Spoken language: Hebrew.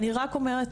אני רק אומרת,